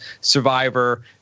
Survivor